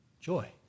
joy